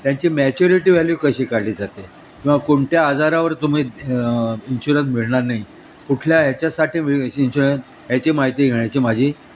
त्यांची maturity value कशी काढली जाते किंवा कोणत्या आजारावर तुम्ही इन्शुरन्स मिळणार नाही कुठल्या ह्याच्यासाठी इन्शुरन याची माहिती घेण्याची माझी